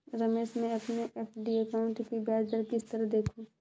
रमेश मैं अपने FD account की ब्याज दर किस तरह देखूं?